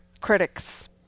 critics